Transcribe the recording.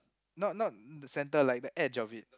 not not the center like the edge of it